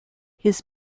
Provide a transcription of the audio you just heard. his